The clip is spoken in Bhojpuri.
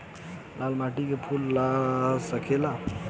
लाल माटी में फूल लाग सकेला?